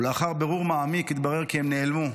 ולאחר בירור מעמיק התברר כי הם נעלמו.